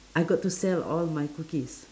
I got to sell all my cookies